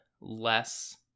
less